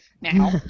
now